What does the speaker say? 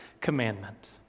commandment